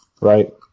Right